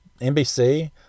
NBC